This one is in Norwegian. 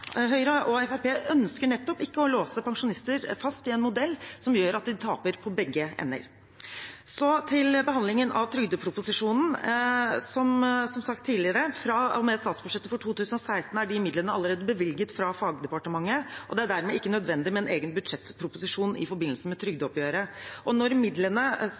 Høyre og Fremskrittspartiet ønsker nettopp ikke å låse pensjonister fast i en modell som gjør at de taper i begge ender. Så til behandlingen av trygdeproposisjonen: Som sagt tidligere, fra og med statsbudsjettet for 2016 er de midlene allerede bevilget fra fagdepartementet, og det er dermed ikke nødvendig med en egen budsjettproposisjon i forbindelse med trygdeoppgjøret. Og når midlene